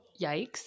Yikes